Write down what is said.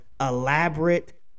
elaborate